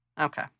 okay